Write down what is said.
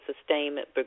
Sustainment